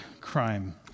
crime